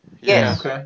yes